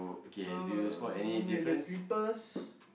so wait the slippers